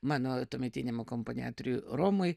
mano tuometiniam akompaniatoriui romui